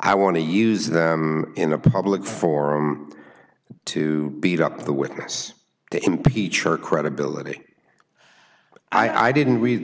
i want to use them in a public forum to beat up the witness to impeach her credibility i didn't read